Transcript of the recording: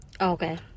Okay